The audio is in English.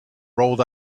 rolled